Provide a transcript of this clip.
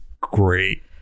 great